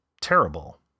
terrible